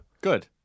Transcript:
Good